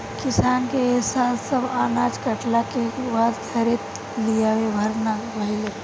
किसान के ए साल सब अनाज कटला के बाद घरे लियावे भर ना भईल